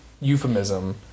euphemism